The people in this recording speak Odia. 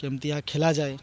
କେମିତି ଖେଳାଯଏ